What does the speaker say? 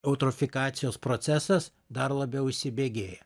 eutrofikacijos procesas dar labiau įsibėgėja